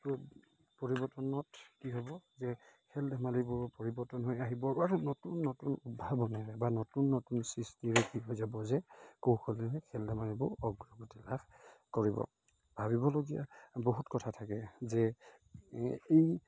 পৰিৱৰ্তনত কি হ'ব যে খেল ধেমালিবোৰ পৰিৱৰ্তন হৈ আহিব আৰু নতুন নতুন উদ্ভাৱনেৰে বা নতুন নতুন সৃষ্টিৰে কি হৈ যাব যে কৌশলেৰে খেল ধেমালিবোৰ অগ্ৰগতি লাভ কৰিব ভাবিবলগীয়া বহুত কথা থাকে যে এই